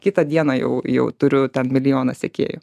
kitą dieną jau jau turiu ten milijoną sekėjų